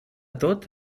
tot